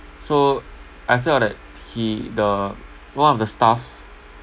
so I felt that he the one of the staff